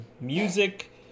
Music